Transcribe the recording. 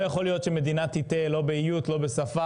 לא יכול להיות שמדינה תטעה לא באיות, לא בשפה,